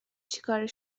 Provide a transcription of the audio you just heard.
چیکار